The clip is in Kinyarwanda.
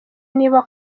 niba